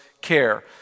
care